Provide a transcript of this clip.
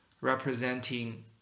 representing